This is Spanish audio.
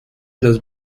los